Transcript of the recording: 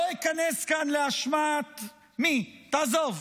לא איכנס כאן לאשמת מי, תעזוב,